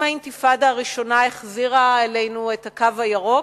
אם האינתיפאדה הראשונה החזירה אלינו את "הקו הירוק",